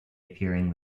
appearing